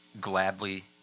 gladly